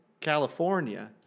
California